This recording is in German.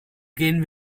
gehen